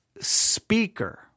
speaker